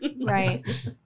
right